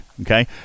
okay